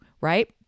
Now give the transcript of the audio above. right